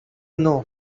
know